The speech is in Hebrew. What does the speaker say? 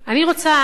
אני רוצה,